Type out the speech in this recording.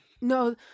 No